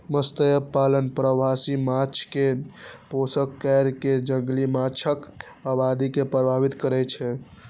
मत्स्यपालन प्रवासी माछ कें पोषण कैर कें जंगली माछक आबादी के प्रभावित करै छै